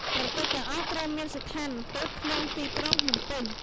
ប្រទេសទាំងអស់នេះត្រូវមានស្ថានទូតក្នុងទីក្រុងភ្នំពេញ។